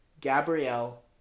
Gabrielle